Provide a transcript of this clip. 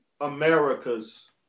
America's